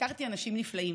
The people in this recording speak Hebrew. הכרתי אנשים נפלאים,